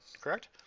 correct